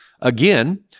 again